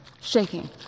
Shaking